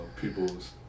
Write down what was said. people's